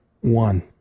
one